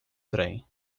trem